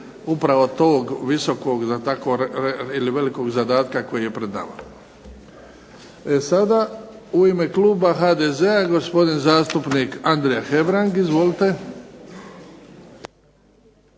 pravo tog visokog ili velikog zadatka koji je pred nama. E sada, u ime Kluba HDZ-a gospodin zastupnik Andrija Hebrang. Izvolite.